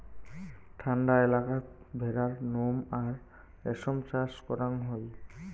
ঠান্ডা এলাকাত ভেড়ার নোম আর রেশম চাষ করাং হই